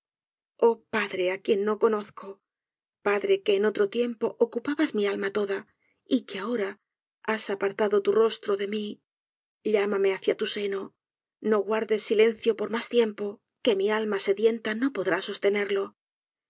oh padre á quien no conozco padre que en otro tiempo ocupabas mi alma toda y que ahora has apartado tu rostrode mi llámame hacia tu seno no guardes silencio por mas tiempo que mi alma sedienta no podrá sostenerlo